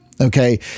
Okay